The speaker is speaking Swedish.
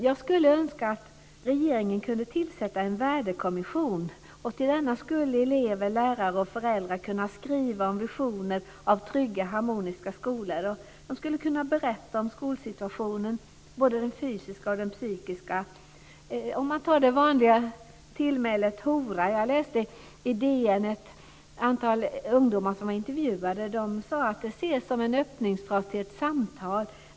Jag skulle önska att regeringen kunde tillsätta en värdekommission. Till denna skulle elever, lärare och föräldrar kunna skriva om visioner om trygga och harmoniska skolor. De skulle kunna berätta om skolsituationen, både den fysiska och den psykiska. Ta det vanliga tillmälet "hora". Jag läste en intervju i DN med ett antal ungdomar som sade att det ses som en öppningsfras till ett samtal.